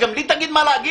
שגם לי תגיד מה להגיד?